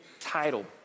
title